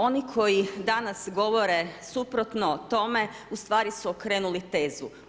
Oni koji danas govore suprotno tome, u stvari su okrenuli tezu.